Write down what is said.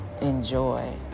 enjoy